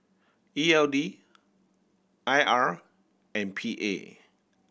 E L D I R and P A